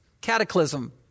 Cataclysm